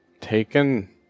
taken